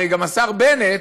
הרי גם השר בנט,